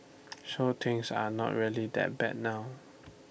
so things are not really that bad now